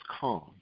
calm